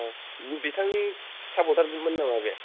औ बिथांनि साफरथार जोब मोन नामा बे